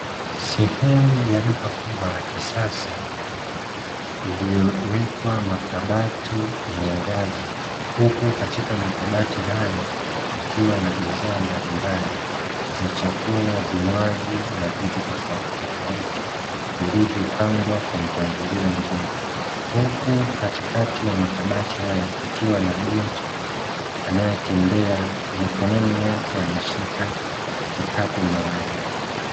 Sehemu ya duka kubwa la kisasa iliyowekwa makabati yenye ngazi, huku katika makabati hayo kukiwa na bidhaa mbalimbali za chakula, vinywaji na vitu tofautitofauti vilivyopangwa kwa mpangilio mzuri, huku katikati ya makabati hayo kukiwa na binti anayetembea mikononi mwake ameshika kikapu maalumu.